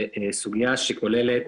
זה סוגיה שכוללת